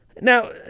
Now